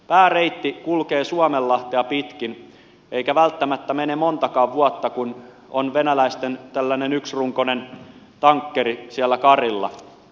pääreitti kulkee suomenlahtea pitkin eikä välttämättä mene montakaan vuotta kun on tällainen venäläisten yksirunkoinen tankkeri siellä karilla